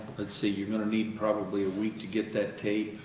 let's see. you're going to need probably a week to get that tape.